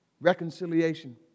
Reconciliation